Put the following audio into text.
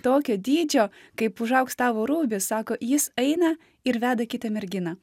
tokio dydžio kaip užaugs tavo ruby sako jis eina ir veda kitą merginą